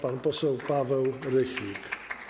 Pan poseł Paweł Rychlik.